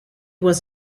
was